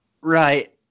Right